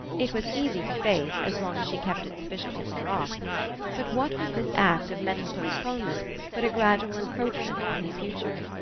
it was easy to face as long as she kept it sufficiently far off but what was this act of mental postponement but a gradual encroachment on his future?